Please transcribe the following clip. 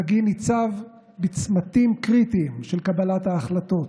שגיא ניצב בצמתים קריטיים של קבלת ההחלטות.